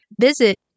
Visit